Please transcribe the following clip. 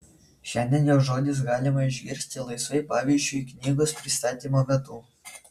šiandien jo žodžius galima išgirsti laisvai pavyzdžiui knygos pristatymo metu